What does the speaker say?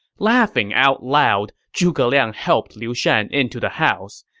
laughing out loud, zhuge liang helped liu shan into the house.